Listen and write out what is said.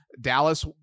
Dallas